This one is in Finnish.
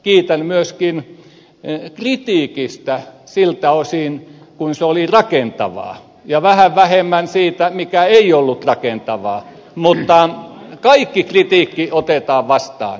kiitän myöskin kritiikistä siltä osin kuin se oli rakentavaa ja vähän vähemmän siitä mikä ei ollut rakentavaa mutta kaikki kritiikki otetaan vastaan